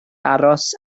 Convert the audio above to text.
aros